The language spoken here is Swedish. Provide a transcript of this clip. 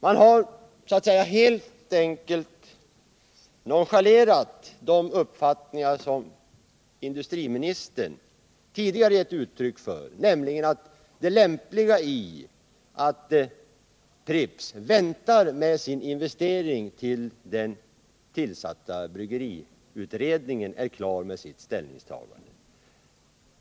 Man har helt enkelt nonchalerat de uppfattningar som industriministern tidigare givit uttryck för, nämligen om det lämpliga i att Pripps väntar med sin investering tills den tillsatta bryggeriutredningen är klar med sitt ställningstagande.